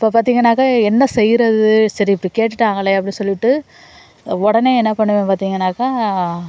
அப்போ பார்த்திங்கன்னாக்கா என்ன செய்கிறது சரி இப்படி கேட்டுட்டாங்களே அப்படி சொல்லிட்டு உடனே என்ன பண்ணுவேன் பார்த்திங்கன்னாக்கா